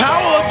Power